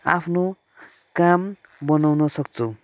आफ्नो काम बनाउन सक्छौँ